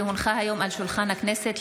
כי הונחו היום על שולחן הכנסת,